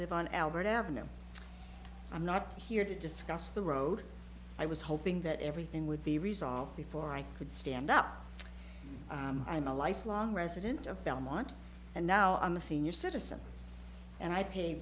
live on albert avenue i'm not here to discuss the road i was hoping that everything would be resolved before i could stand up i'm a lifelong resident of belmont and now i'm a senior citizen and i pa